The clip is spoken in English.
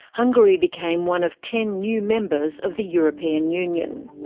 hungary became one of ten new members of the european union.